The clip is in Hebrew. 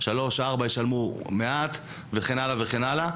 3 ו-4 ישלמו מעט וכן הלאה וכן הלאה,